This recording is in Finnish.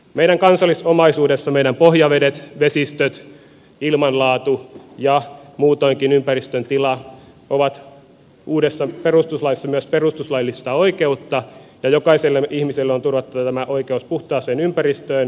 meidän kansallisomaisuudessa meidän pohjavedet vesistöt ilmanlaatu ja muutoinkin ympäristön tila ovat uudessa perustuslaissa myös perustuslaillista oikeutta ja jokaiselle ihmiselle on turvattava oikeus puhtaaseen ympäristöön